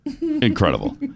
Incredible